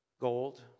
Gold